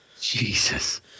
Jesus